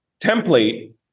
template